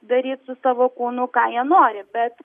daryt su savo kūnu ką jie nori bet